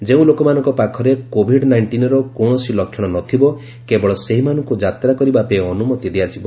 ଯେଉଁ ଲୋକମାନଙ୍କ ପାଖରେ କୋଭିଡ୍ ନାଇଷ୍ଟିନ୍ର କୌଣସି ଲକ୍ଷଣ ନଥିବ କେବଳ ସେହିମାନଙ୍କୁ ଯାତ୍ରା କରିବା ପାଇଁ ଅନୁମତି ଦିଆଯିବ